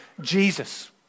Jesus